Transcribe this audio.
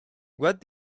what